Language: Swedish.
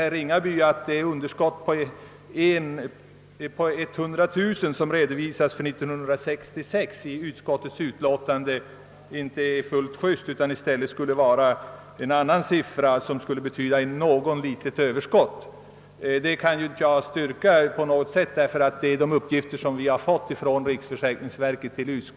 Herr Ringaby hävdar nu att den uppgift om ett underskott på 100000 kronor, som i utskottsutlåtandet redovisas för år 1966, inte är fullt just. I stället skulle det vara något litet överskott. Jag kan inte på något sätt bestyrka detta. Utskottet bygger sin redogörelse på de uppgifter vi har fått från riksförsäkringsverket.